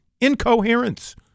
incoherence